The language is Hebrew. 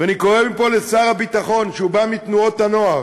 ואני קורא מפה לשר הביטחון, שבא מתנועות הנוער,